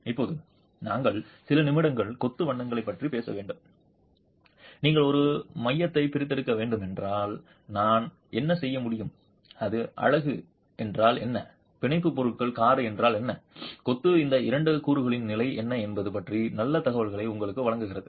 இப்போது நாங்கள் சில நிமிடங்கள் கொத்து வண்ணங்களைப் பற்றி பேச வேண்டும் நீங்கள் ஒரு மையத்தை பிரித்தெடுக்க வேண்டுமென்றால் நாம் என்ன செய்ய முடியும் அது அலகு என்றால் என்ன பிணைப்பு பொருள் காரை என்றால் என்ன கொத்து இந்த இரண்டு கூறுகளின் நிலை என்ன என்பது பற்றிய நல்ல தகவல்களை உங்களுக்கு வழங்குகிறது